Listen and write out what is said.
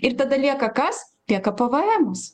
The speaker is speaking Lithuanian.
ir tada lieka kas lieka pvemas